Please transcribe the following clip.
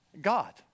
God